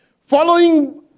Following